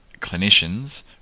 clinicians